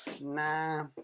nah